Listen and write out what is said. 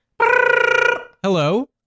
Hello